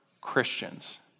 Christians